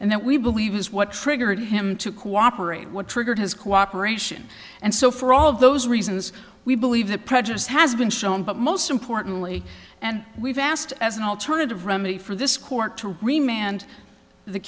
and that we believe is what triggered him to cooperate what triggered his cooperation and so for all of those reasons we believe that rogers has been shown but most importantly and we've asked as an alternative remedy for this court to remand the